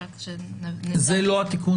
זה לא התיקון